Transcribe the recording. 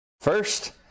First